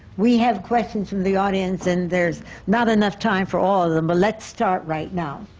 we have questions from the audience, and there's not enough time for all of them, but let's start right now.